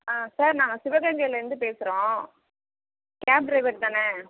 ஆ sir நாங்கள் சிவகங்கைலந்து பேசுகிறோம் கேப் டிரைவர் தானே